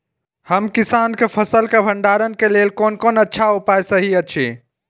हम किसानके फसल के भंडारण के लेल कोन कोन अच्छा उपाय सहि अछि?